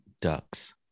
ducks